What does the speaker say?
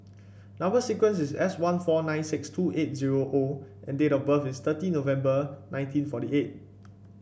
number sequence is S one four nine six two eight zero O and date of birth is thirty November nineteen forty eight